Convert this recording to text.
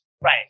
right